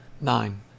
Nine